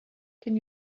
can